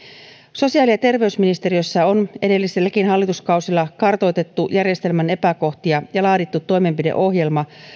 sosiaali ja terveysministeriössä on edellisilläkin hallituskausilla kartoitettu järjestelmän epäkohtia ja laadittu toimenpideohjelma